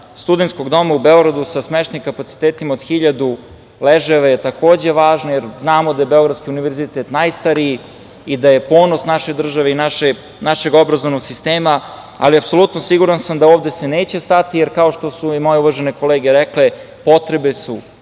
studentskog doma u Beogradu sa smeštajnim kapacitetima od 1.000 je takođe važna, jer znamo da je Beogradski univerzitet najstariji i da je ponos naše države i našeg obrazovnog sistema, ali sam siguran da se ovde neće stati, jer kao što su i moje uvažene kolege rekle, potrebe su još